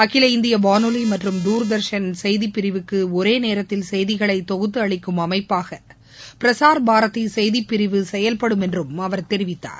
அகில இந்திய வானொலி மற்றும் தூர்தர்ஷன் செய்தி பிரிவுக்கு ஒரே நேரத்தில் செய்திகளை தொகுத்து அளிக்கும் அமைப்பாக பிரசார் பாரதி செய்திப்பிரிவு செயவ்படும் என்றும் அவர் தெரிவித்தார்